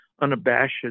unabashed